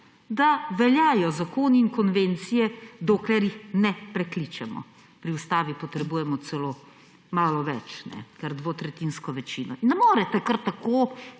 da veljajo zakoni in konvencije, dokler jih ne prekličemo ‒ pri Ustavi potrebujemo celo malo več, kar dvotretjinsko večino. Ne morete kar tako